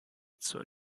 zur